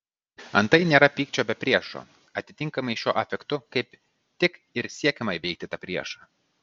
antai nėra pykčio be priešo atitinkamai šiuo afektu kaip tik ir siekiama įveikti tą priešą